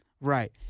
Right